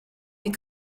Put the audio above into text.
mes